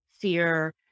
fear